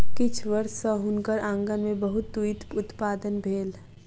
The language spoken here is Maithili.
किछ वर्ष सॅ हुनकर आँगन में बहुत तूईत उत्पादन भेल